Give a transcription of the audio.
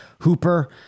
Hooper